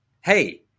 Hey